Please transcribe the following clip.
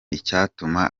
icyatuma